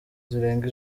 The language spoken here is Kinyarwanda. zirenga